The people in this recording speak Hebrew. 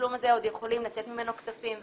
התשלום הזה עוד יכולים לצאת ממנו כספים וכולי,